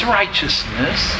righteousness